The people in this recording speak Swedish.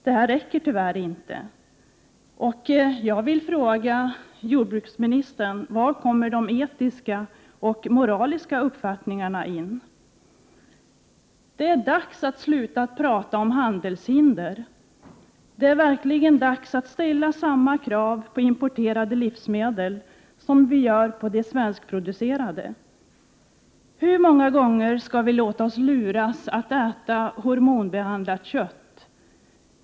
Detta räcker tyvärr inte. Jag vill fråga jordbruksministern: Var kommer de etiska och moraliska uppfattningarna in? Det är dags att sluta prata om handelshinder. Det är verkligen dags att ställa samma krav på importerade livsmedel som vi ställer på de svenskproducerade. Hur många gånger skall vi låta oss luras att äta hormonbehandlat kött?